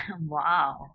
Wow